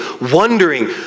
wondering